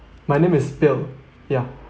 my name is bill ya